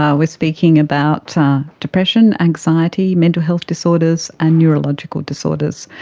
ah we're speaking about depression, anxiety, mental health disorders and neurological disorders.